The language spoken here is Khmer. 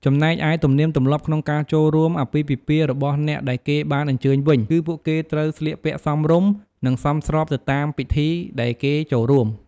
ចំំណែកឯទំនៀមទម្លាប់ក្នុងការចូលរួមអាពាហ៍ពិពាហ៍របស់អ្នកដែលគេបានអញ្ជើញវិញ គឺពួកគេត្រូវស្លៀកពាក់សមរម្យ និងសមស្របទៅតាមពិធីដែលគេចូលរួម។